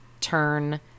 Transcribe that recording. turn